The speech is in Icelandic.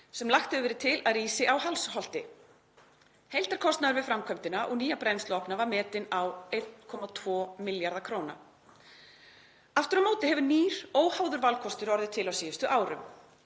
sem lagt hefur verið til að rísi á Hallsholti. Heildarkostnaður við framkvæmdina og nýja brennsluofna var metinn á 1,2 milljarða kr. Aftur á móti hefur nýr óháður valkostur orðið til á síðustu árum.